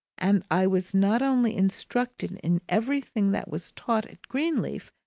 and i was not only instructed in everything that was taught at greenleaf,